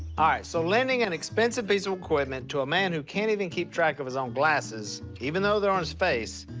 ah so lending an expensive piece of equipment to a man who can't even keep track of his own glasses, even though they're on his face,